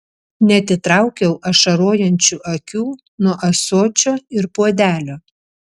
neatitraukiau ašarojančių akių nuo ąsočio ir puodelio